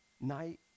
night